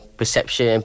perception